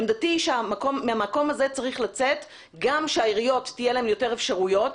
עמדתי היא שמהמקום הזה צריך לדאוג גם שלעיריות יהיו יותר אפשרויות,